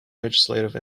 legislative